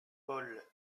paul